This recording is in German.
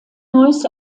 neues